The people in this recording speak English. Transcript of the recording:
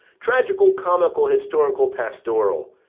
tragical-comical-historical-pastoral,